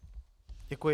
Děkuji.